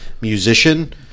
musician